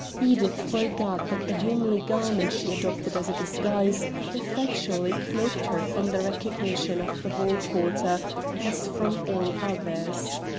edith forgot that the homely garment she adopted as a disguise effectually cloaked her from the recognition of the hall-porter as from all others.